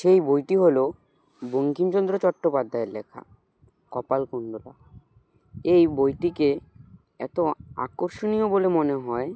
সেই বইটি হলো বঙ্কিমচন্দ্র চট্টোপাধ্যায়ের লেখা কপালকুণ্ডলা এই বইটিকে এত আকর্ষণীয় বলে মনে হয়